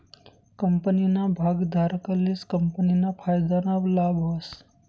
कंपनीना भागधारकलेच कंपनीना फायदाना लाभ व्हस